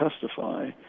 testify